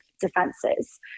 defenses